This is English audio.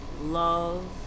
love